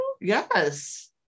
yes